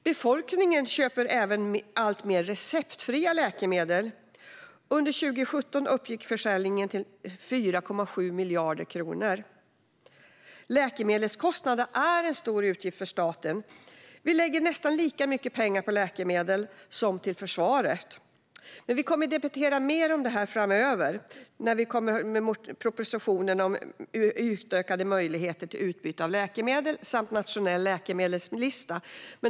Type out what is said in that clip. Befolkningen köper även alltmer receptfria läkemedel - under 2017 uppgick försäljningen till 4,7 miljarder kronor. Läkemedelskostnader är en stor utgift för staten. Vi lägger nästan lika mycket pengar på läkemedel som vi gör på försvaret. Vi kommer att debattera detta mer framöver, när propositionerna om utökade möjligheter till utbyte av läkemedel och om en nationell läkemedelslista kommer.